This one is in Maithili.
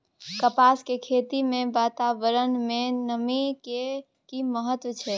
कपास के खेती मे वातावरण में नमी के की महत्व छै?